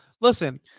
listen